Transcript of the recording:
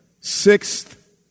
sixth